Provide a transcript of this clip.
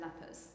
lepers